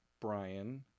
brian